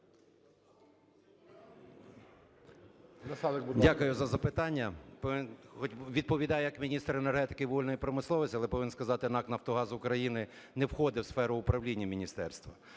Дякую за запитання. Відповідаю як міністр енергетики і вугільної промисловості. Але повинен сказати, НАК "Нафтогаз України" не входить в сферу управління міністерства.